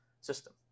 system